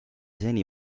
seni